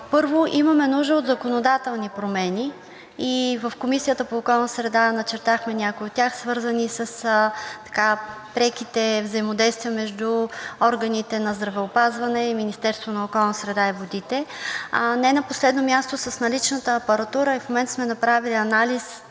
Първо, имаме нужда от законодателни промени и в Комисията по околна среда начертахме някои от тях, свързани с преките взаимодействия между органите на здравеопазване и Министерството на околната среда и водите. Не на последно място, с наличната апаратура – и в момента сме направили анализ